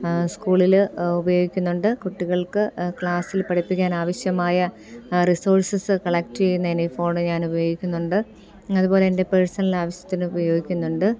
സ്കൂളിൽ ഉപയോഗിക്കുന്നുണ്ട് കുട്ടികൾക്ക് ക്ലാസ്സിൽ പഠിപ്പിക്കാൻ ആവശ്യമായ റിസോഴ്സസ് കളക്ട് ചെയ്യുന്നതിന് ഫോണ് ഞാൻ ഉപയോഗിക്കുന്നുണ്ട് അതുപോലെ എൻ്റെ പേഴ്സണൽ ആവശ്യത്തിന് ഉപയോഗിക്കുന്നുണ്ട്